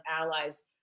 allies